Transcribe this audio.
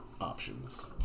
options